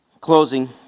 Closing